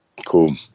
cool